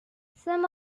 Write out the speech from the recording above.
some